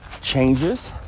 changes